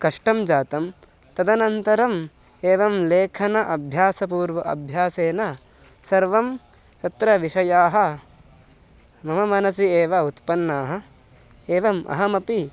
कष्टं जातं तदनन्तरम् एवं लेखनम् अभ्यासपूर्वम् अभ्यासेन सर्वं तत्र विषयाः मम मनसि एव उत्पन्नाः एवम् अहमपि